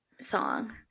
song